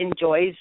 enjoys